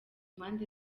mpande